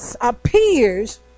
appears